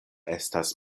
estas